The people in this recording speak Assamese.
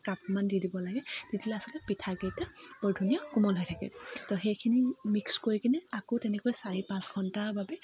কাপমান দি দিব লাগে দি দিলে আচলতে পিঠা কেইটা বৰ ধুনীয়া কোমল হৈ থাকে তাৰ পাছত সেইখিনি মিক্স কৰি কিনে আকৌ তেনেকৈ চাৰি পাঁচ ঘণ্টাৰ বাবে